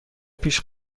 پیش